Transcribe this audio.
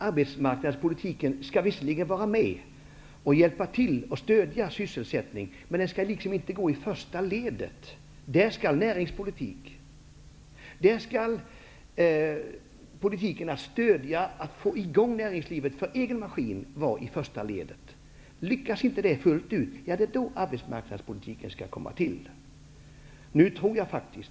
Arbetsmarknadspolitiken skall visserligen vara med som ett stöd för sysselsättningen, men den skall inte gå i första ledet. Näringspolitiken skall gå i första ledet, dvs. en politik som stödjer och ger näringslivet möjlighet att komma i gång för egen maskin. Om det inte lyckas fullt ut skall arbetsmarknadspolitiken kopplas in.